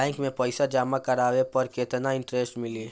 Bank में पईसा जमा करवाये पर केतना इन्टरेस्ट मिली?